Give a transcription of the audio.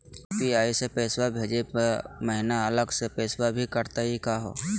UPI स पैसवा भेजै महिना अलग स पैसवा भी कटतही का हो?